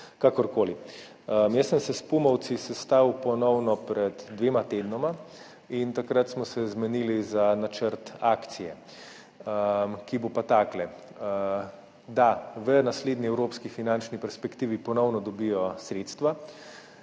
kakorkoli. Jaz sem se s Pumovci sestal ponovno pred dvema tednoma in takrat smo se zmenili za načrt akcije, ki bo pa takle – v naslednji evropski finančni perspektivi ponovno dobijo sredstva.